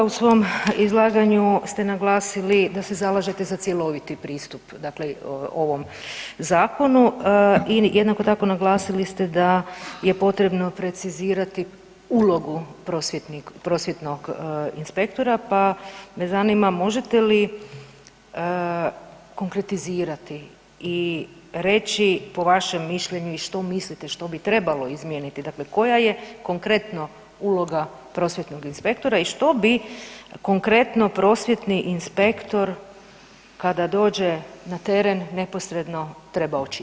U svom izlaganju ste naglasili da se zalažete za cjeloviti pristup dakle ovom zakonu i jednako tako, naglasili ste da je potrebno precizirati ulogu prosvjetnog inspektora, pa me zanima, možete li konkretizirati i reći, po vašem mišljenju i što mislite, što bi trebalo izmijeniti, dakle koja je konkretno uloga prosvjetnog inspektora i što bi konkretno prosvjetni inspektor, kada dođe na teren neposredno trebao činiti?